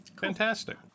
Fantastic